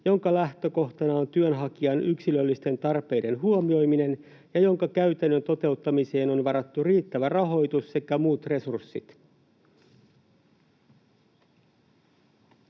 jonka lähtökohtana on työnhakijan yksilöllisten tarpeiden huomioiminen ja jonka käytännön toteuttamiseen on varattu riittävä rahoitus sekä muut resurssit.”